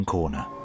Corner